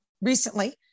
recently